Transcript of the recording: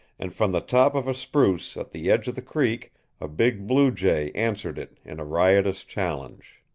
and from the top of a spruce at the edge of the creek a big blue-jay answered it in a riotous challenge.